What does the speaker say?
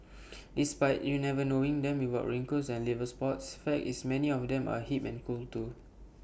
despite you never knowing them without wrinkles and liver spots fact is many of them are hip and cool too